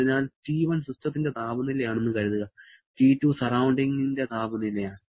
അതിനാൽ T1 സിസ്റ്റത്തിന്റെ താപനിലയാണെന്ന് കരുതുക T2 സറൌണ്ടിങ് താപനിലയാണ്